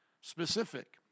specific